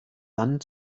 dann